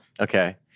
Okay